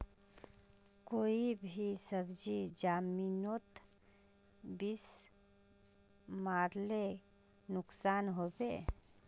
कोई भी सब्जी जमिनोत बीस मरले नुकसान होबे?